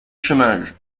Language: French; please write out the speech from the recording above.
chômage